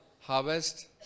Harvest